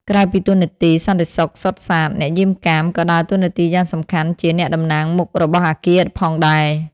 ក្រៅពីតួនាទីសន្តិសុខសុទ្ធសាធ អ្នកយាមកាមក៏ដើរតួនាទីយ៉ាងសំខាន់ជា អ្នកតំណាងមុខរបស់អគារ ផងដែរ។